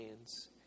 hands